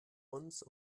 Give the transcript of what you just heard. uns